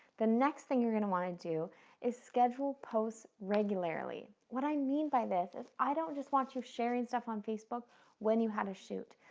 the next thing you're gonna wanna do is schedule posts regularly. what i mean by this is i don't just want you sharing stuff on facebook when you had a shoot.